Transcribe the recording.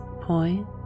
point